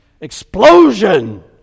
explosion